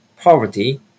poverty